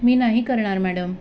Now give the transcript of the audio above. मी नाही करणार मॅडम